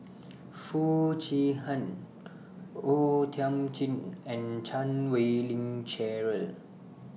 Foo Chee Han O Thiam Chin and Chan Wei Ling Cheryl